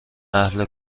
اهل